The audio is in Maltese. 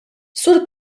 sur